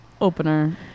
opener